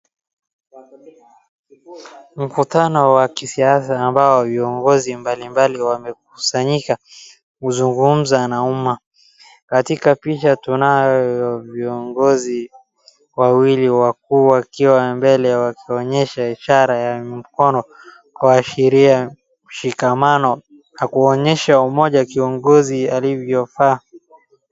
Mkutano wa kisiasa ambao viongozi mbalimbali wamekusanyika kuzungumza na umma katika picha tunayo viongozi wawili wakuu wakiwa mbele wakionyesha ishara ya mkono kuashiria ushikamano na kuonyesha umoja kiongozi alivyofaa.